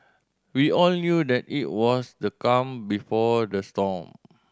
we all knew that it was the calm before the storm